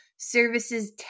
Services